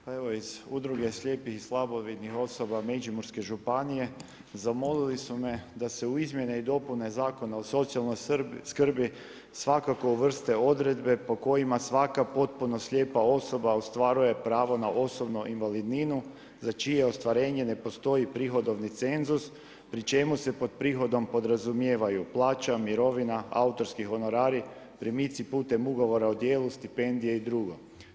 Pa evo iz Udruge slijepih i slabovidnih osoba međimurske županije, zamolili su me da se u izmjene i dopune Zakona o socijalnoj skrbi svakako uvrste odredbe po kojima svaka potpuno slijepa osoba ostvaruje pravo na osobnu invalidninu za čije ostvarenje ne postoji prihodovni cenzus pri čemu se pod prihodom podrazumijevaju plaća, mirovina, autorski honorari, primici putem ugovora o djelu, stipendije i drugo.